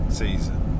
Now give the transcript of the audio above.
season